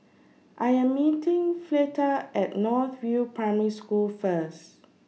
I Am meeting Fleta At North View Primary School First